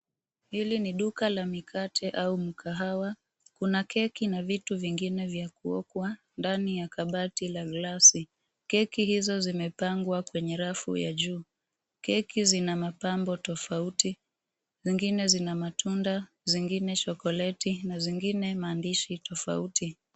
Hili ni duka la mikate au mkahawa. Kuna keki na vitu vingine vya kuokwa ndani ya kabati la glasi. Keki hizo zimepangwa kwenye rafu ya juu. Keki zina mapambo tofauti, zingine zina matunda, zingine chokoleti na zingine maandishi tofauti.